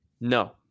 no